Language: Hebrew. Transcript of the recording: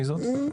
מי זאת?